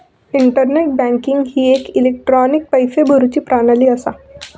internet banking ही एक electronic पैशे भरुची प्रणाली असा